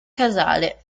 casale